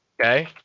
Okay